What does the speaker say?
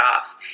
off